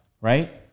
right